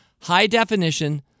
high-definition